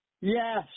Yes